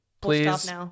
please